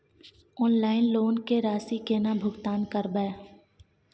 Online loan के राशि केना भुगतान करबे?